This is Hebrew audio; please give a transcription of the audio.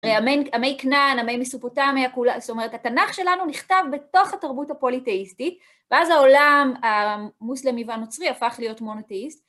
עמי כנען, עמי מסופוטמיה, זאת אומרת, התנ״ך שלנו נכתב בתוך התרבות הפוליתאיסטית, ואז העולם המוסלמי והנוצרי הפך להיות מונותאיסט.